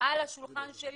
על השולחן שלי.